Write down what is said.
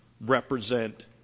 represent